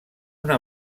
una